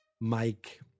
Mike